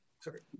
Sorry